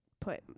put